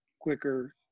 quicker